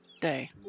day